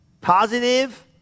positive